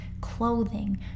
clothing